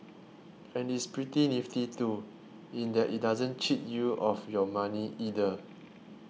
and it's pretty nifty too in that it doesn't cheat you of your money either